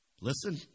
listen